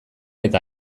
eta